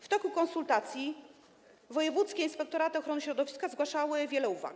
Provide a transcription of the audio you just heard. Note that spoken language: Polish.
W toku konsultacji wojewódzkie inspektoraty ochrony środowiska zgłaszały wiele uwag.